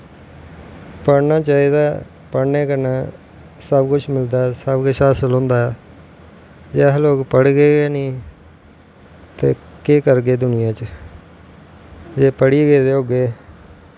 पढ़नां चाही दा ऐ पढञनैं कन्नैं सब कुश मिलदा ऐ सब कुश हासिल होंदा ऐ जे अस लोग पढ़गे नी ते केह् करगे दुनियां च जे पढ़ी गेदे होगे